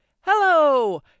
Hello